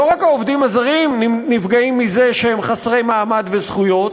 לא רק העובדים הזרים נפגעים מזה שהם חסרי מעמד וזכויות,